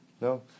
No